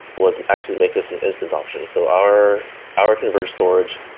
was actually make this an instant option. so our our converged storage,